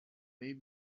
made